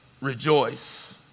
rejoice